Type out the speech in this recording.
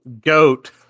goat